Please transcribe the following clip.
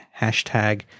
hashtag